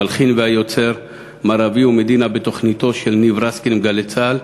המלחין והיוצר מר אביהו מדינה בתוכניתו של ניב רסקין ב"גלי צה"ל"